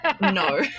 No